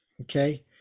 okay